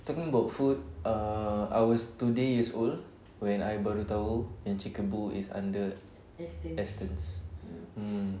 talking about food err I was two days years old when I baru tahu that chic-a-boo is under astons mm